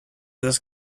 this